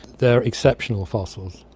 they are exceptional fossils.